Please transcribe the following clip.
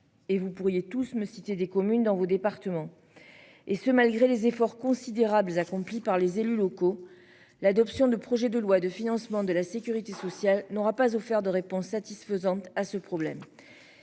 Et vous pourriez tous me citer des communes dans vos départements. Et ce malgré les efforts considérables accomplis par les élus locaux. L'adoption du projet de loi de financement de la Sécurité sociale n'aura pas offert de réponse satisfaisante à ce problème.